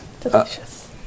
Delicious